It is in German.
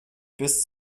bis